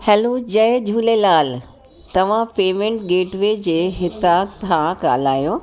hello जय झूलेलाल तव्हां payment gateway जे हितां था ॻाल्हायो